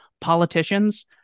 politicians